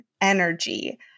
energy